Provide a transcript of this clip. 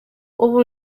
ubu